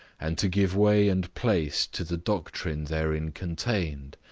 and to give way and place to the doctrine therein contained,